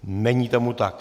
Není tomu tak.